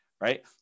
Right